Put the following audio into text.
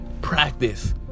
practice